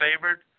favored